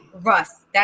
Russ